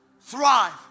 Thrive